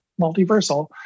multiversal